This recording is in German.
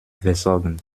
versorgen